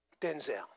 Denzel